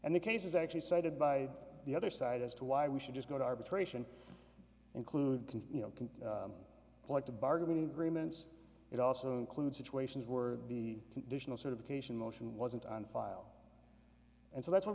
and the case is actually cited by the other side as to why we should just go to arbitration include you know like the bargaining agreements it also includes situations where the conditional sort of occasion motion wasn't on file and so that's what